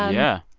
ah yeah.